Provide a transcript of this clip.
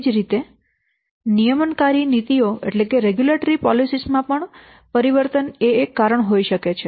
એ જ રીતે નિયમનકારી નીતિઓ માં પરિવર્તન એક કારણ હોઈ શકે છે